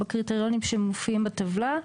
בקריטריונים שמופיעים בטבלה,